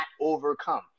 overcome